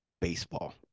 Baseball